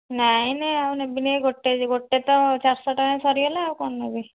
ନାହିଁ ନାହିଁ ଆଉ ନେବିନି ଏଇ ଗୋଟେ ଗୋଟେ ତ ଚାରିଶହ ଟଙ୍କା ସରିଗଲା ଆଉ କ'ଣ ନେବି